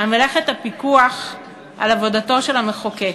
על מלאכת הפיקוח על עבודתו של המחוקק.